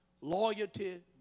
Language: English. Loyalty